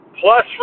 plus